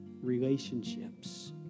relationships